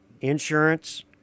Insurance